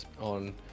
on